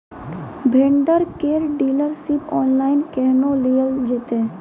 Vendor केर dealership online केहनो लियल जेतै?